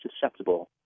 susceptible